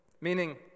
Meaning